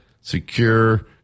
secure